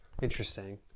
interesting